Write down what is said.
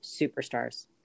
superstars